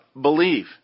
believe